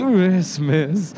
Christmas